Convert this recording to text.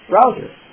browser